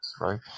right